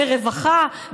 ברווחה,